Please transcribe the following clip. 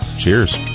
cheers